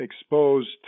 exposed